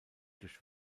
durch